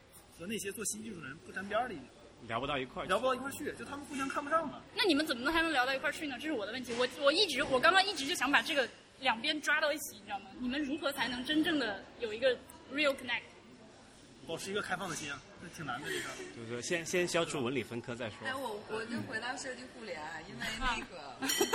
和那些做新技术的人不沾边儿了已经。聊不到一块儿去。聊不到一块儿去，就他们互相看不上嘛。那你们怎么能还能聊到一块儿去呢？这是我的问题，我- 我一直- 我刚刚一直就想把这个两边抓到一起，你知道吗？你们如何才能真正地有一个real connect？保持一个开放的心啊，这挺难的这事儿。 就是说先- 先消除对吧？文理分科再说。哎，我- 我就回到设计互联啊， 因为那啊。 个